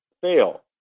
fail